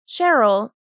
Cheryl